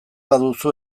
baduzu